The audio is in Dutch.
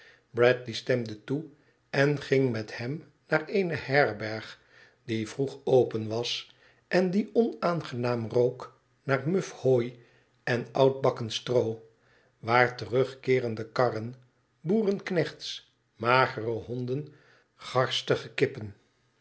bradley stemde toe en ging met hem naar eene herberg die vroeg open was en die onaangenaam rook naar muf hooi en oudbakken stroo waar terugkeerende karren boerenknechts magere honden garstige kippen